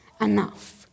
enough